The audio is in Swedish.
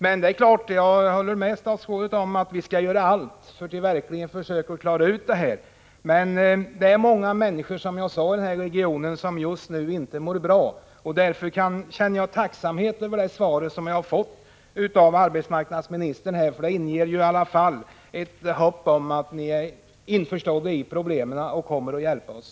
Men jag håller med statsrådet om att vi skall göra allt för att försöka att verkligen klara ut svårigheterna. Som jag sade är det dock många människor i den här regionen som just nu inte mår bra. Jag känner därför tacksamhet för det svar som jag har fått av arbetsmarknadsministern. Det inger ändå ett hopp om att ni inser problemen och kommer att hjälpa oss.